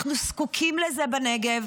אנחנו זקוקים לזה בנגב,